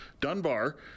Dunbar